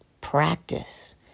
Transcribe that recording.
practice